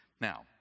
Now